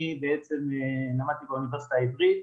אני בעצם למדתי באוניברסיטה העברים,